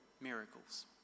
miracles